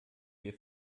wir